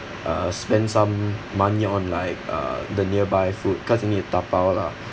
uh spend some money on like uh the nearby food cause you need to tapau lah